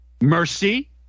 Mercy